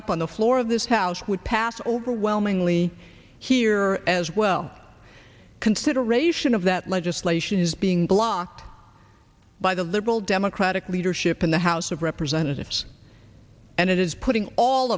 up on the floor of this house would pass overwhelmingly here as well consideration of that legislation is being blocked by the liberal democratic leadership in the house of representatives and it is putting all